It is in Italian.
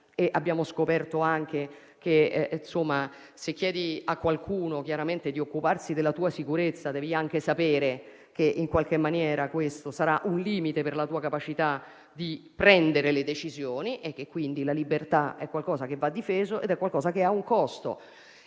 abbiamo anche scoperto che, se chiedi a qualcuno di occuparsi della tua sicurezza, devi anche sapere che questo sarà un limite per la tua capacità di prendere le decisioni e che quindi la libertà è qualcosa che va difeso e ha un costo.